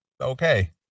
okay